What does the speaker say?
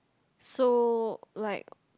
so like